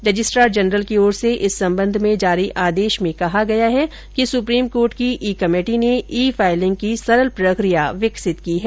registrar general की ओर से इस संबंध में जारी आदेश में कहा गया है कि सुप्रीम कोर्ट की ई कमेटी ने ई फाइलिंग की सरल प्रक्रिया विकसित की है